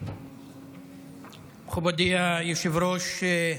מכובדי היושב-ראש,